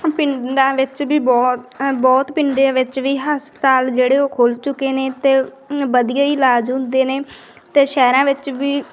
ਪਿੰਡਾਂ ਵਿੱਚ ਵੀ ਬਹੁਤ ਬਹੁਤ ਪਿੰਡਾਂ ਵਿੱਚ ਵੀ ਹਸਪਤਾਲ ਜਿਹੜੇ ਉਹ ਖੁੱਲ੍ਹ ਚੁੱਕੇ ਨੇ ਅਤੇ ਵਧੀਆ ਹੀ ਇਲਾਜ ਹੁੰਦੇ ਨੇ ਅਤੇ ਸ਼ਹਿਰਾਂ ਵਿੱਚ ਵੀ